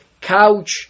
couch